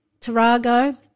Tarago